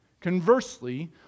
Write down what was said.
Conversely